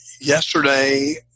yesterday